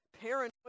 paranoid